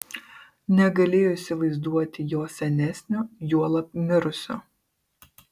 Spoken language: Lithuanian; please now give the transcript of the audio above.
negalėjo įsivaizduoti jo senesnio juolab mirusio